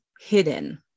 hidden